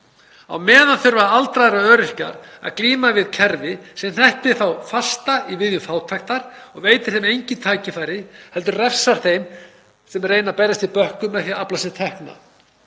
Á meðan þurfa aldraðir og öryrkjar að glíma við kerfi sem hneppir þá fasta í viðjar fátæktar og veitir þeim engin tækifæri, heldur refsar þeim sem reyna að berjast í bökkum með því að afla sér tekna.